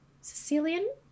sicilian